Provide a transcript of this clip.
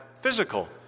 physical